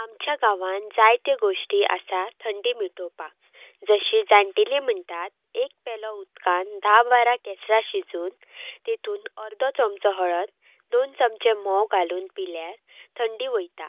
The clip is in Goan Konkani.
आमच्या गांवान जायत्यो गोश्टी आसा थंडी मिटोवपाक जशीं जाणटेलीं म्हणटात एक पेलो उदकान धा बारा केसरां शिजोवन तेतून अर्दो चमचो हळद दोन चमचे म्होंव घालून पिल्यार थंडी वता